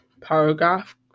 paragraph